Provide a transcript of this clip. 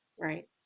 Right